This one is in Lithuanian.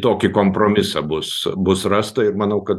tokį kompromisą bus bus rasta ir manau kad